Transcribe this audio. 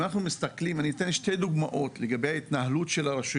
אם אנחנו מסתכלים על ההתנהלות של הרשויות,